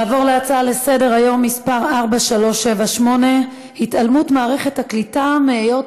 נעבור להצעה לסדר-היום מס' 4378: התעלמות מערכת הקליטה מהיות